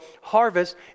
harvest